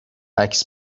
عکس